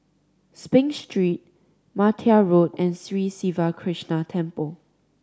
Spring Street Martia Road and Sri Siva Krishna Temple